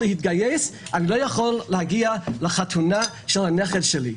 להתגייס אני לא יכול להגיע לחתונה של הנכד שלי.